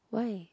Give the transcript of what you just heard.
why